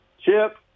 Chip